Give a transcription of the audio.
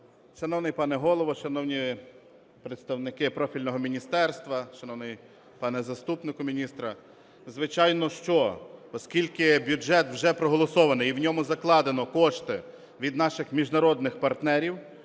Шановний пане Голово, шановні представники профільного міністерства, шановний пане заступнику міністра. Звичайно, що оскільки бюджет вже проголосований і в ньому закладено кошти від наших міжнародних партнерів,